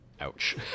Ouch